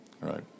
Right